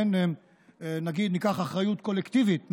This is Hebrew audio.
ניקח אחריות קולקטיבית,